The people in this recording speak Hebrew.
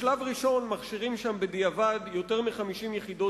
בשלב הראשון מכשירים שם בדיעבד יותר מ-50 יחידות